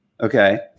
Okay